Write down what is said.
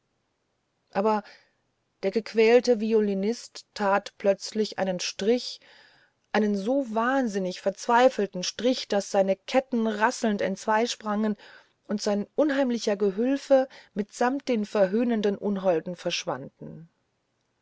aber der gequälte violinist tat plötzlich einen strich einen so wahnsinnig verzweifelten strich daß seine ketten rasselnd entzweisprangen und sein unheimlicher gehülfe mitsamt den verhöhnenden unholden verschwanden